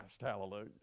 hallelujah